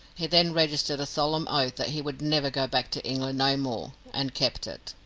he then registered a solemn oath that he would never go back to england no more, and kept it.